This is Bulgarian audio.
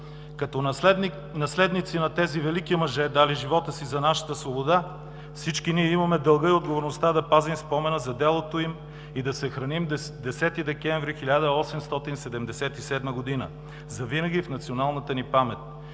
Като наследници на тези велики мъже, дали живота си за нашата свобода, всички ние имаме дълга и отговорността да пазим спомена за делото им и да съхраним 10 декември 1877 г. завинаги в националната ни памет.